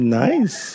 nice